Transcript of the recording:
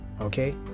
okay